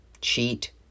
cheat